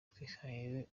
twihaye